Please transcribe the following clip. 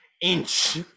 inch